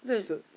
so